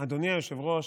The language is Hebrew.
אדוני היושב-ראש,